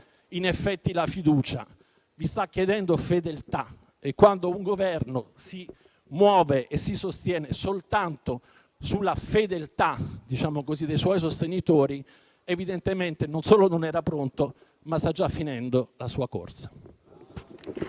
in effetti la fiducia, ma vi sta chiedendo fedeltà e, quando un Governo si muove e si sostiene soltanto sulla fedeltà dei suoi sostenitori, evidentemente non solo non era pronto, ma sta già finendo la sua corsa.